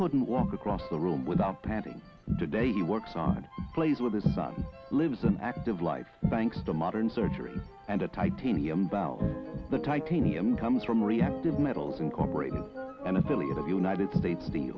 couldn't walk across the room without panties today he works on plays with his son lives an active life thanks to modern surgery and a titanium bow the titanium comes from reactive metals incorporated an affiliate of united states the